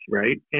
right